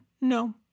No